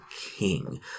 king